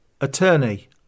Attorney